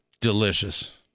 Delicious